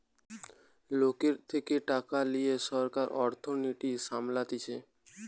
লোকের থেকে টাকা লিয়ে সরকার অর্থনীতি সামলাতিছে